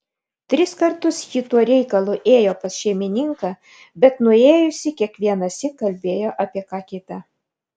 tris kartus ji tuo reikalu ėjo pas šeimininką bet nuėjusi kiekvienąsyk kalbėjo apie ką kita